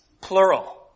plural